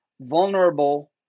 vulnerable